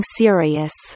serious